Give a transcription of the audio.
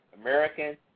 American